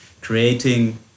creating